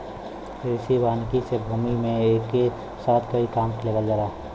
कृषि वानिकी से भूमि से एके साथ कई काम लेवल जाला